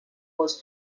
was